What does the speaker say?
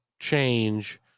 change –